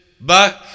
Back